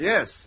Yes